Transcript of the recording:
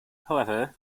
however